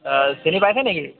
চিনি পাইছে নেকি